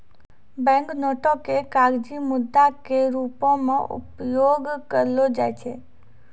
bank नोटो के कागजी मुद्रा के रूपो मे उपयोग करलो जाय छै